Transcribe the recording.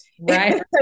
Right